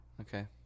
okay